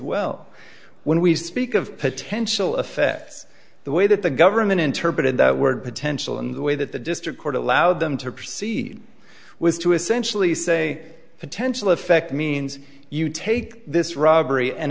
well when we speak of potential effects the way that the government interpreted the word potential in the way that the district court allowed them to proceed was to essentially say potential effect means you take this robbery and